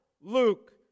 Luke